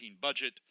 budget